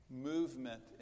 movement